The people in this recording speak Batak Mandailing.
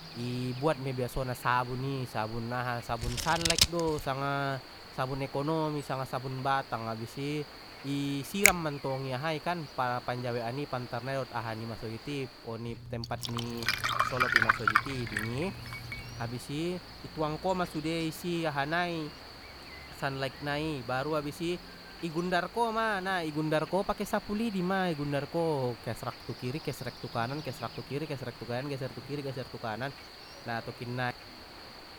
I buat mei biasona sabun i sabun aha sabun sunlight do sanga sabun ekonomi sanga sabun batang habis i di siram mentong ahai kan panjawekan i pantar nai dot aha ni masojid i oni tempat ni solop i masojid i dungi abis i tuang koma sude i si aha nai sunlight nai baru abis i igundar ko ma na gundar ko pake sapu lidi ma i gundar ko kesrak tu kiri kesrek tu kanan kesrak tu kiri kesrek tu kanan geser tu kiri geser tu kanan na tokinnai.